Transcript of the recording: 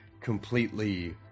completely